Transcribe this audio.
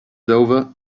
over